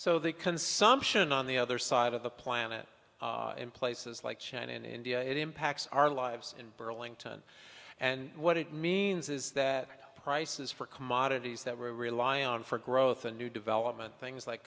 so the consumption on the other side of the planet in places like china and india it impacts our lives in burlington and what it means is that prices for commodities that we rely on for growth and new development things like